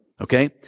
okay